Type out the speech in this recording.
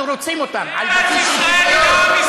אנחנו רוצים אותם על בסיס של שוויון,